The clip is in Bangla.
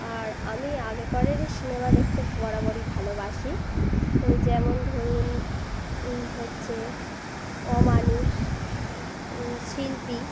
আর আমি আগেকারই সিনেমা দেখতে বরাবরই ভালোবাসি যেমন ধরুন হচ্ছে অমানুষ শিল্পী